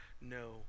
no